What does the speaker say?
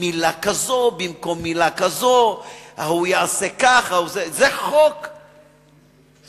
זה מסוג אותם חוקים